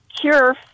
cure